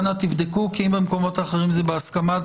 אנא תבדקו כי אם במקומות אחרים זה בהסכמה,